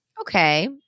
okay